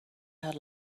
had